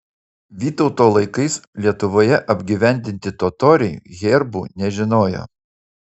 vytauto laikais lietuvoje apgyvendinti totoriai herbų nežinojo